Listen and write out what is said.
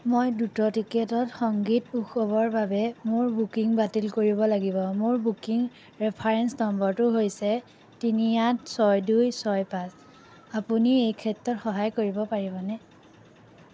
মই দ্ৰুত টিকেটত সংগীত উৎসৱৰ বাবে মোৰ বুকিং বাতিল কৰিব লাগিব মোৰ বুকিং ৰেফাৰেন্স নম্বৰটো হৈছে তিনি আঠ ছয় দুই ছয় পাঁচ আপুনি এই ক্ষেত্ৰত সহায় কৰিব পাৰিবনে